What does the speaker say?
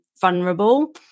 vulnerable